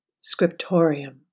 scriptorium